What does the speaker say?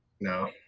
No